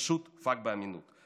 פשוט פאק באמינות.